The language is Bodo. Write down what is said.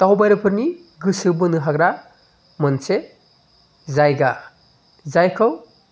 दावबायारिफोरनि गोसो बोनो हाग्रा मोनसे जायगा जायखौ